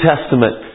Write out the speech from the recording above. Testament